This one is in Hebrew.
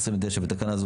29. (א)בתקנה זו,